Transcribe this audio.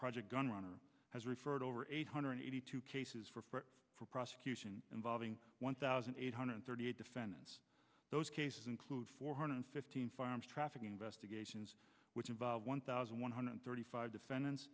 project gunrunner has referred over eight hundred eighty two cases for prosecution involving one thousand eight hundred thirty eight defendants those cases include four hundred fifteen firearms trafficking investigations which involve one thousand one hundred thirty five defendants